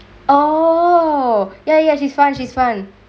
oh ya ya she's fine she's fun